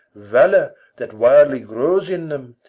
valour that wildly grows in them,